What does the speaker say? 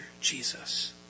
Jesus